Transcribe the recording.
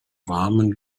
warmen